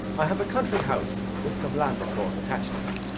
i have a country house with some land, of course, attached to it,